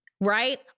right